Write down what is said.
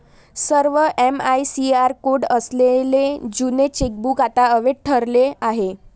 सर्व MICR code असलेले जुने चेकबुक आता अवैध ठरले आहे